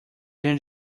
than